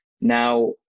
Now